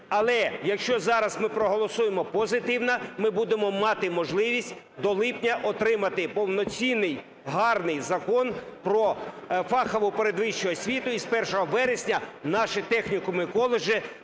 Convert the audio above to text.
але, якщо зараз ми проголосуємо позитивно, ми будемо мати можливість до липня отримати повноцінний, гарний закон про фахову передвищу освіту, і з 1 вересня наші технікуми і коледжі